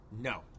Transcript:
No